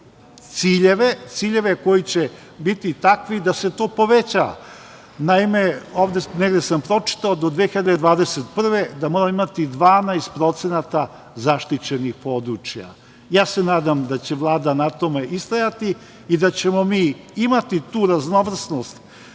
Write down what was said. ciljeve koji će biti takvi da se to poveća. Naime, negde sam pročitao do 2021. godine da moramo imati 12% zaštićenih područja. Ja se nadam da će Vlada na tome istrajati i da ćemo mi imati tu raznovrsnost